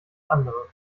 andere